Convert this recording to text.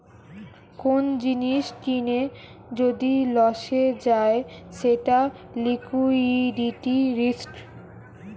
কোন জিনিস কিনে যদি লসে যায় সেটা লিকুইডিটি রিস্ক